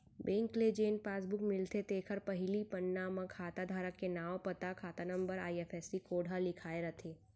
bank ले जेन passbook मिलथे तेखर पहिली पन्ना म खाता धारक के नांव, पता, खाता नंबर, आई.एफ.एस.सी कोड ह लिखाए रथे